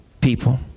people